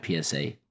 PSA